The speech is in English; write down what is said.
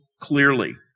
clearly